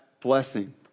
blessing